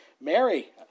Mary